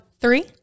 three